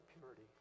purity